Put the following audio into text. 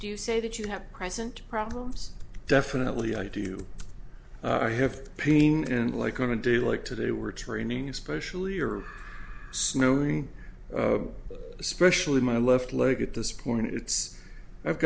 do you say that you have present problems definitely i do i have pain and like on a day like today we're training especially or snowing especially my left leg at this point it's i've